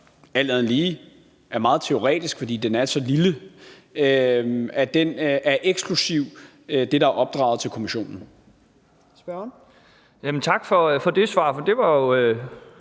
andet lige er meget teoretisk, fordi den er så lille, er eksklusive det, der er opdraget til kommissionen.